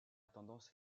tendance